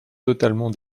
totalement